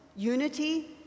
Unity